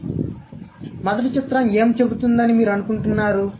కాబట్టి మొదటి చిత్రం ఏమి చెబుతుందని మీరు అనుకుంటున్నారు